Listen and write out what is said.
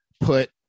put